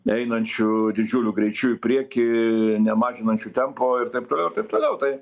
einančiu didžiuliu greičiu į priekį nemažinančiu tempo ir taip toliau ir taip toliau tai